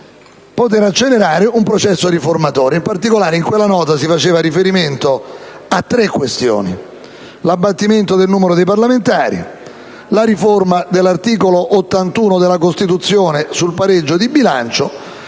di accelerare il processo riformatore. In particolare in quella nota si faceva riferimento a tre questioni: l'abbattimento del numero dei parlamentari, la riforma dell'articolo 81 della Costituzione sul pareggio di bilancio